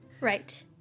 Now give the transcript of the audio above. Right